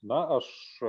na aš